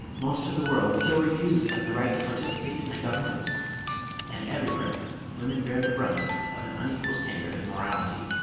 most of the world still refuses them the right to participate in the government and everywhere women bear the brunt of an unequal standard of morality.